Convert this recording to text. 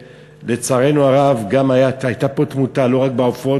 ולצערנו הרב גם הייתה פה תמותה לא רק בעופות,